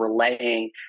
relaying